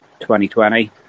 2020